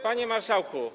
Panie Marszałku!